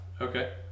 Okay